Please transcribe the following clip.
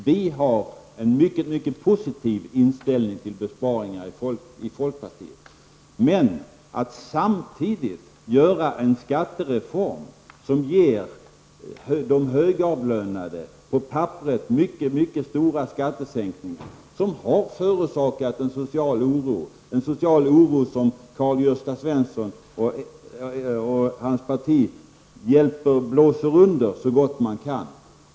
Vi i folkpartiet har en mycket positiv inställning till besparingar, men man kan inte samtidigt genomföra en skattereform som ger de högavlönade mycket stora skattesänkningar på papperet. Detta har förorsakat en social oro som Karl-Gösta Svenson och hans parti blåser under så gott man kan.